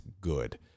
good